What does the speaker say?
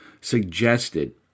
suggested